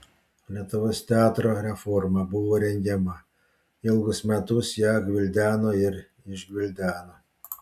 lietuvos teatro reforma buvo rengiama ilgus metus ją gvildeno ir išgvildeno